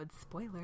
Spoiler